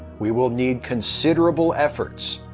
we will need considerable efforts,